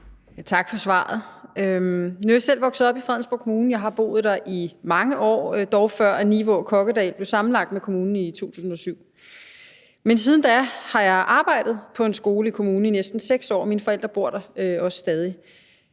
Tak for svaret. Nu er jeg selv vokset op i Fredensborg Kommune, og jeg har boet der i mange år, dog før Nivå og Kokkedal blev sammenlagt med kommunen i 2007. Men siden da har jeg arbejdet på en skole i kommunen i næsten 6 år, og mine forældre bor der også stadig.